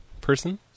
person